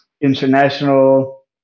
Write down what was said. international